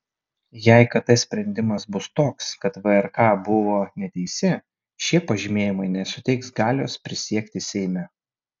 jei kt sprendimas bus toks kad vrk buvo neteisi šie pažymėjimai nesuteiks galios prisiekti seime